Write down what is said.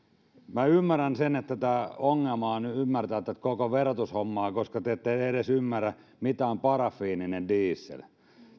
minä ymmärrän sen että ongelmana on ymmärtää tätä koko verotushommaa koska te ette edes ymmärrä mitä on parafiininen diesel